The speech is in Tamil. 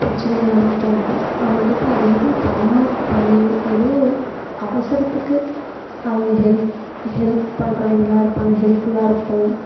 பிரச்சினை இல்லாமல் போகும் அவங்ககிட்ட அதிகமாக தரமோ தரலையோ ஏதோ அவசரத்துக்கு அவங்க ஹெல்ப் ஹெல்ப் பண்ணுறவிங்களா இருப்பாங்க ஹெல்ப்ஃபுல்லாக இருக்கும்